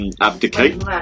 abdicate